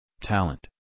talent